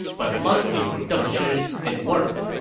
but luckily for deng zhi, it worked.